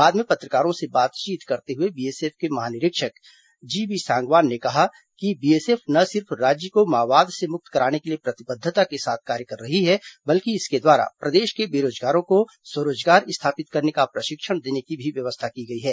बाद में पत्रकारों से बात करते हुए बीएसएफ के महानिरीक्षक जी बी सांगवान ने कहा कि बीएसएफ न सिर्फ राज्य को माओवाद से मुक्त कराने के लिए प्रतिबद्वता के साथ कार्य कर रही है बल्कि इसके द्वारा प्रदेश के बेरोजगारों को स्व रोजगार स्थापित करने का प्रशिक्षण देने की व्यवस्था की गई है